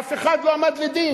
אף אחד לא עמד לדין.